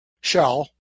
shell